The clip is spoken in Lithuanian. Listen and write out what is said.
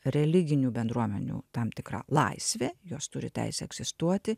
religinių bendruomenių tam tikra laisvė jos turi teisę egzistuoti